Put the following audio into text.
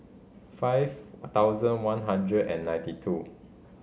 five thousand one hundred and ninety two